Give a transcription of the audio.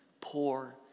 poor